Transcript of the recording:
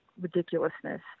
ridiculousness